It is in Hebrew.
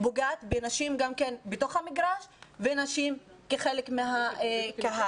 היא גם פוגעת בנשים בתוך המגרש ובנשים בתוך הקהל.